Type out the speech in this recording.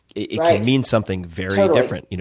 it can mean something very different. you know